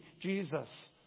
Jesus